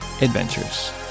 adventures